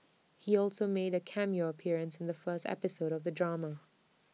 he also made A cameo appearance in the first episode of the drama